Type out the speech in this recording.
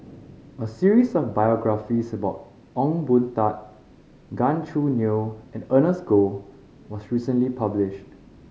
a series of biographies about Ong Boon Tat Gan Choo Neo and Ernest Goh was recently published